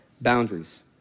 boundaries